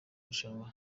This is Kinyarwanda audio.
rushanwa